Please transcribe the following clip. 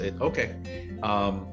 okay